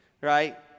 right